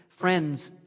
friends